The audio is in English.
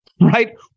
right